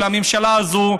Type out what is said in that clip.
של הממשלה הזאת,